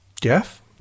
Jeff